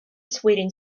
sweden